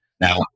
Now